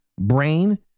brain